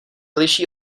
liší